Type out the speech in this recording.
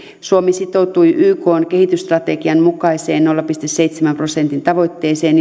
suomi sitoutui ykn kehitysstrategian mukaiseen nolla pilkku seitsemän prosentin tavoitteeseen